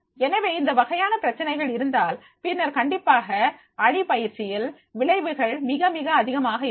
எனவே இந்த வகையான பிரச்சனைகள் இருந்தால் பின்னர் கண்டிப்பாக அணி பயிற்சியில் விளைவுகள் மிக மிக அதிகமாக இருக்கும்